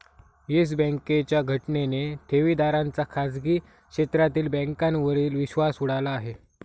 yes बँकेच्या घटनेने ठेवीदारांचा खाजगी क्षेत्रातील बँकांवरील विश्वास उडाला आहे